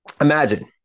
imagine